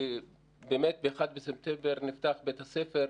ובאמת בראשון בספטמבר נפתח בית הספר.